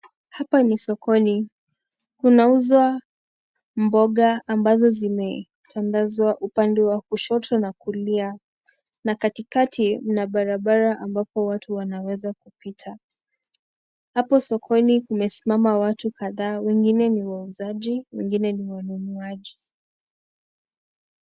Hapa ni sokoni kunauzwa mboga ambazo zimetandazwa upande wa kushoto na upande wa kulia na katikati kuna barabara ambapo watu wanaweza kupita hapo sokoni kumesimama watu kadhaa wengine ni wauzaji wengine ni wanunuaji.